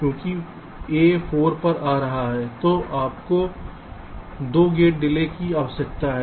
क्योंकि ए 4 पर आ रहा है तो आपको दो गेट डिले की आवश्यकता है